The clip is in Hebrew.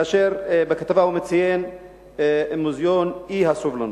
כאשר בכתבה הוא מציין "מוזיאון אי-הסובלנות".